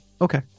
okay